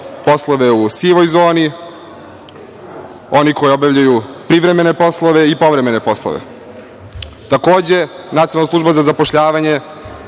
poslove u sivoj zoni, oni koji obavljaju privremene poslove i povremene poslove. Takođe, Nacionalan služba za zapošljavanje